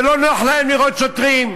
ולא נוח להם לראות שוטרים,